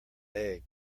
egg